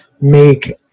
make